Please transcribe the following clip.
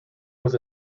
was